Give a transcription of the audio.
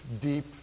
deep